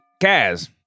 Kaz